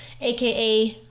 AKA